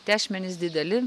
tešmenys dideli